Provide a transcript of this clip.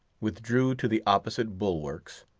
withdrew to the opposite bulwarks,